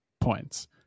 points